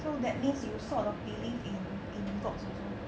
so that means you sort of believe in in gods also